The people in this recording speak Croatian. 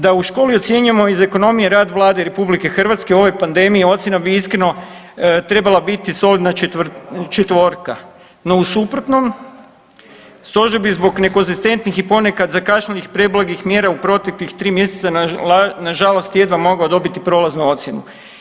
Da u školi ocjenjujemo iz ekonomije rad Vlade RH u ovoj pandemiji ocjena bi iskreno trebala biti solidna četvorka, no u suprotnom stožer bi zbog nekonzistentnih i ponekad zakašnjelih preblagih mjera u proteklih 3 mjeseca nažalost jedva mogao dobiti prolaznu ocjenu.